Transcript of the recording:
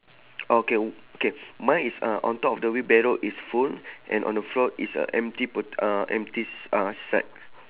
okay okay mine is uh on top of the wheelbarrow is full and on the floor is a empty pot~ uh empty s~ uh sack